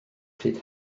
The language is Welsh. pryd